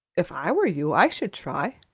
if i were you, i should try.